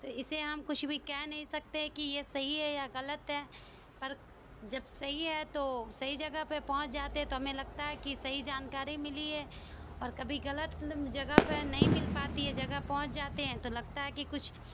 تو اسے ہم کچھ بی کہہ نہیں سکتے کہ یہ سہی ہے یا غلط ہے پر جب سہی ہے تو سہی جگہ پہ پہنچ جاتے تو ہمیں لگتا ہے کہ سہی جانکاری ملی ہے اور کبی غلط جگہ پہ نہیں مل پاتی ہے جگہ پہنچ جاتے ہیں تو لگتا ہے کہ کچھ